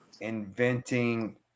inventing